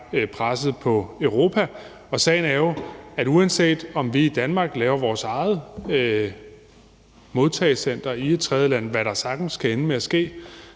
presset på Europa, og sagen er jo, at uanset om vi i Danmark laver vores eget modtagecenter i et tredjeland, hvad der sagtens kan ende med at ske,